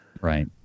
Right